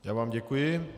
Já vám děkuji.